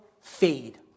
fade